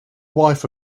wife